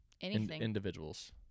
individuals